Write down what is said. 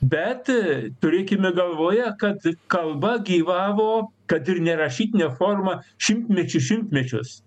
bet turėkime galvoje kad kalba gyvavo kad ir ne rašytine forma šimtmečių šimtmečius